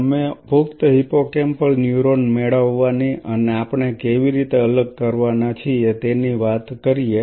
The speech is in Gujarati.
આપણે પુખ્ત હિપ્પોકેમ્પલ ન્યુરોન મેળવવાની અને આપણે કેવી રીતે અલગ કરવાના છીએ તેની વાત કરીએ